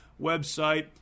website